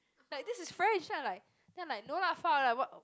like this is French then I like then I like no lah like what